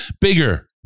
Bigger